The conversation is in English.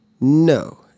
No